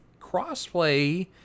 crossplay